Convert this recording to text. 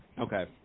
Okay